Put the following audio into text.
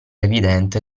evidente